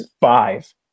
five